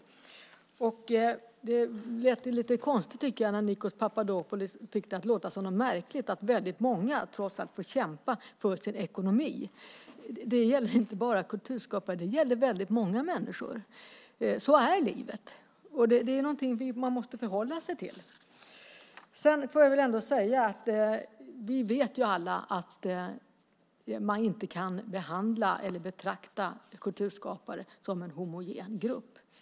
Jag tycker att det lät lite konstigt när Nikos Papadopoulos fick det att låta som något märkligt att väldigt många trots allt får kämpa för sin ekonomi. Det gäller inte bara kulturskapare. Det gäller väldigt många människor. Så är livet. Det är någonting som man måste förhålla sig till. Vi vet alla att man inte kan behandla eller betrakta kulturskapare som en homogen grupp.